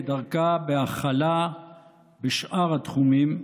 כדרכה בהכלה בשאר התחומים,